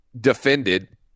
defended